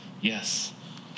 Yes